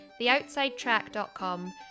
theoutsidetrack.com